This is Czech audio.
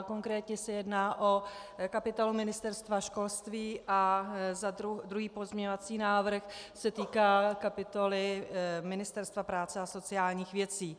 Konkrétně se jedná o kapitolu Ministerstva školství a druhý pozměňovací návrh se týká kapitoly Ministerstva práce a sociálních věcí.